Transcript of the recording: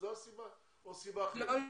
זו הסיבה או סיבה אחרת?